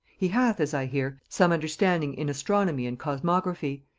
he hath, as i hear, some understanding in astronomy and cosmography,